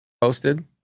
posted